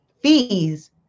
fees